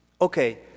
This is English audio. Okay